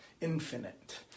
infinite